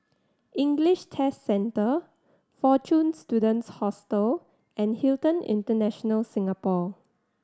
English Test Centre Fortune Students Hostel and Hilton International Singapore